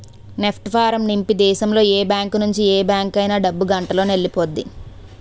NEFT form నింపి దేశంలో ఏ బ్యాంకు నుంచి ఏ బ్యాంక్ అయినా డబ్బు గంటలోనెల్లిపొద్ది